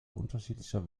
unterschiedlicher